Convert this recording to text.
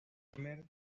primer